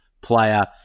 player